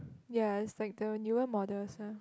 ya it's like the newer models one